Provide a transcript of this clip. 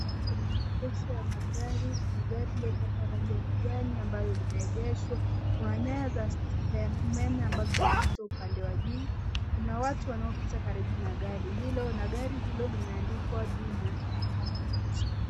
Kwenye maegesho ya magari kuna gari lililopakwa rangi ya kijani ambalo limeegeshwa. Kuna nyaya za umeme ambazo zinapita upande wa juu . Kuna watu wanaopita karibu na gari hilo na gari hilo limeandikwa jina perfect .